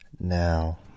now